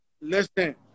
Listen